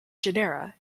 genera